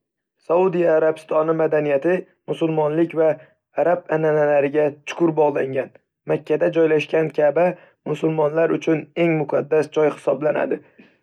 Saudiya Arabistoni madaniyati musulmonlik va arab an'analariga chuqur bog'langan. Makkada joylashgan Ka'bah musulmonlar uchun eng muqaddas joy hisoblanadi.